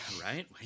right